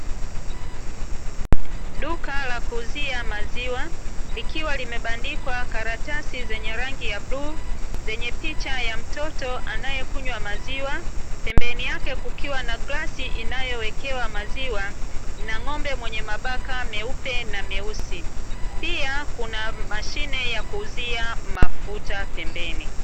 Duka la kuuzia maziwa likiwa limebandikwa karatasi zenye rangi ya bluu zenye picha ya mtoto anayekunywa maziwa, pembeni yake kukiwa na glasi inayowekewa maziwa, na ng'ombe mwenye mabaka meupe na meusi. Pia kuna mashine ya kuuzia mafuta pembeni.